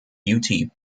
ute